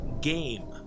game